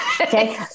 okay